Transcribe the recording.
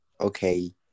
okay